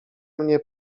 mnie